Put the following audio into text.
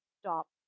stop